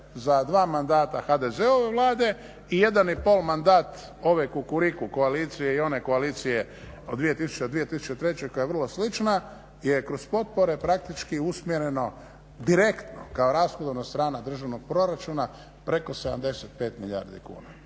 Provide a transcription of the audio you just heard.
za dva mandata HDZ-ove Vlade i jedan i pol mandat ove Kukuriku koalicije i one koalicije od 2000.-2003. koja je vrlo slična je kroz potpore praktički usmjereno direktno kao rashodovna strana državnog proračuna preko 75 milijardi kuna.